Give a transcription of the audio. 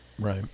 right